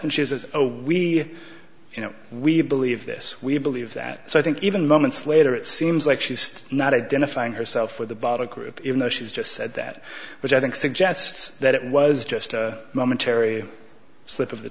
and she says oh we you know we believe this we believe that so i think even moments later it seems like she's not identifying herself with the bottom group even though she's just said that which i think suggests that it was just a momentary slip of the